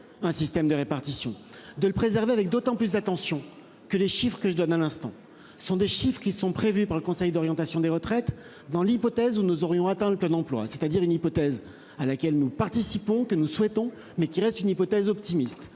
un système de répartition de le préserver avec d'autant plus d'attention que les chiffres que je donne à l'instant, ce sont des chiffres qui sont prévues par le conseil d'orientation des retraites. Dans l'hypothèse où nous aurions atteint le plein emploi, c'est-à-dire une hypothèse à laquelle nous participons que nous souhaitons mais qui reste une hypothèse optimiste